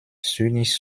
zynisch